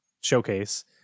showcase